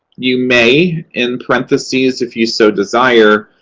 you may, in parentheses, if you so desire,